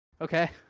Okay